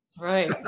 Right